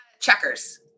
checkers